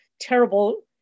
terrible